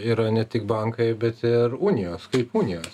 yra ne tik bankai bet ir unijos kaip unijos